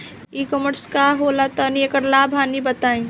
E commerce का होला तनि एकर लाभ हानि बताई?